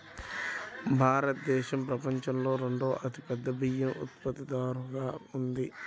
భారతదేశం ప్రపంచంలో రెండవ అతిపెద్ద బియ్యం ఉత్పత్తిదారుగా ఉంది